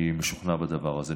אני משוכנע בדבר הזה.